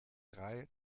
drei